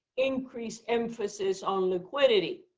increased emphasis on liquidity,